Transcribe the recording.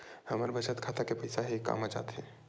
हमर बचत खाता के पईसा हे कामा जाथे?